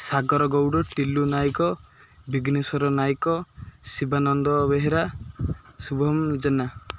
Sagar Gouda Tilu Nayak Bighneswar Nayak Shivananda Behera Subham Jena